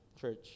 church